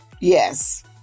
yes